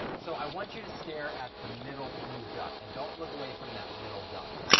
so i want you to stare at the middle blue duck and don't look away from that middle duck.